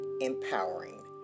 empowering